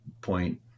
point